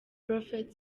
prophet